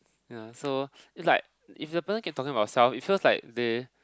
ya so it's like if the person keeps talking about self it feels like they